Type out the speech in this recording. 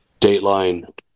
Dateline